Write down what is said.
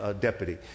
deputy